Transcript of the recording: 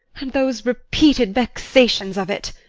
and those repeated vexations of it!